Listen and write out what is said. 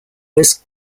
was